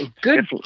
good